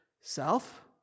self